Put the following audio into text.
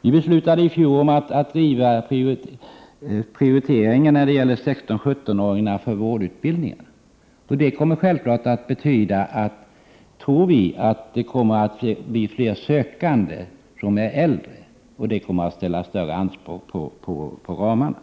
Vi beslutade i fjol att slopa prioriteringen av 16-17 — Prot. 1988/89:120 åringarna när det gäller vårdutbildningar. Vi tror att det kommer att betyda 24 maj 1989 att det blir fler äldre sökande, vilket kommer att ställa större anspråk på ramarna.